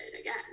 again